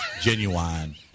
genuine